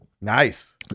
Nice